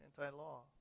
anti-law